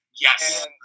Yes